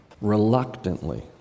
reluctantly